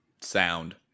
sound